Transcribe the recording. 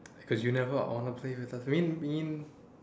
because you never